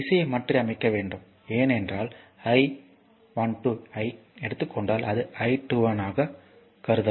என்ன திசையை மாற்றியமைக்க வேண்டும் ஏனென்றால் I12 ஐ எடுத்துக்கொண்டால் அது I21 ஐ ஆக கருதலாம்